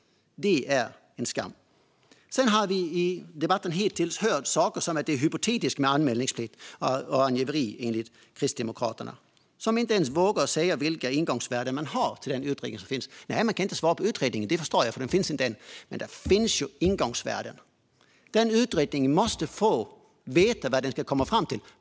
Det är en skam. Vi har hittills i debatten hört saker som att anmälningsplikt och angiveri är något hypotetiskt, enligt Kristdemokraterna, som inte ens vågar säga vilka ingångsvärden man har för den utredning som ska tillsättas. Man kan inte svara på frågor om utredningen; det förstår jag, för den finns inte än. Men det finns ju ingångsvärden. Utredningen måste få veta vad den ska komma fram till.